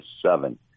seven